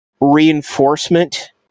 reinforcement